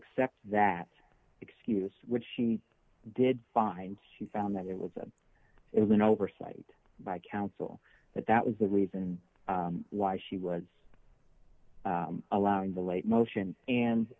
accept that excuse which she did find she found that it was and it was an oversight by counsel but that was the reason why she was allowing the late motion